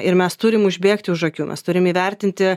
ir mes turim užbėgti už akių mes turim įvertinti